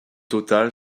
total